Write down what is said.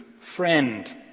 friend